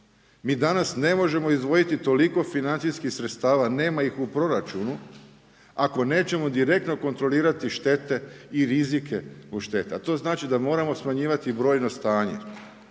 MI danas ne možemo izdvojiti toliko financijskih sredstava nema ih u proračunu ako nećemo direktno kontrolirati štete i rizike od šteta. To znači da moramo smanjivati brojno stanje.